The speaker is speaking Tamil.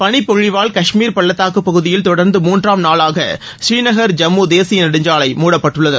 பளிப்பொழிவால் காஷ்மீர் பள்ளத்தாக்கு பகுதியில் தொடர்ந்து மூன்றாம் நாளாக பூரீநகர் ஜம்மு தேசிய நெடுஞ்சாலை மூடப்பட்டுள்ளது